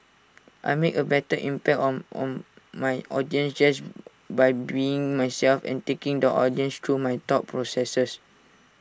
I make A better impact on on my audience just by being myself and taking the audience through my thought processes